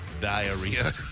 Diarrhea